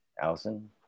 Allison